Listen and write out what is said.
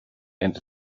and